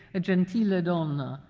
a gentile ah donna,